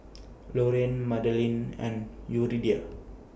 Lorayne Madalyn and Yuridia